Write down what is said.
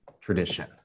tradition